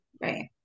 Right